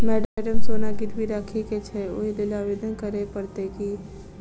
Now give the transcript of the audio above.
Madam सोना गिरबी राखि केँ छैय ओई लेल आवेदन करै परतै की?